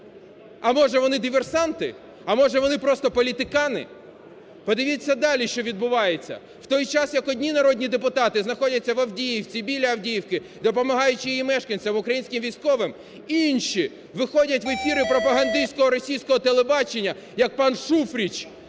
а, може, вони – диверсанти? А, може, вони – просто політикани? Подивіться, далі що відбувається: в той час, як одні народні депутати знаходяться в Авдіївці, біля Авдіївки, допомагаючи її мешканцям, українським військовим, інші виходять в ефіри пропагандистського російського телебачення як пан Шуфрич